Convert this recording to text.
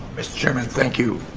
mister chairman, thank you.